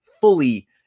fully